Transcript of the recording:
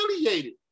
affiliated